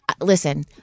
listen